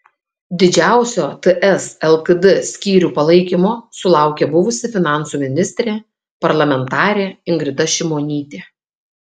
didžiausio ts lkd skyrių palaikymo sulaukė buvusi finansų ministrė parlamentarė ingrida šimonytė